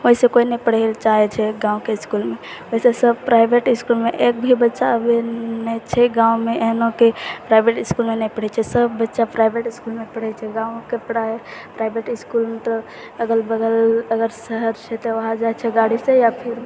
ओहिसँ कोइ नहि पढ़ैलए चाहै छै गाँवके इसकुलमे ओहिसँ सब प्राइवेट इसकुलमे एक भी बच्चा अभी नहि छै गाँवमे एहनो कि प्राइवेट इसकुलमे नहि पढ़ै छै सब बच्चा प्राइवेट इसकुलमे पढ़ै छै गाँवके पढाइ प्राइवेट इसकुल मतलब अगल बगल अगर शहर छै तऽ वहाँ जाइ छै गाड़ीसँ या फेर